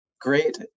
great